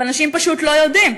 ואנשים פשוט לא יודעים.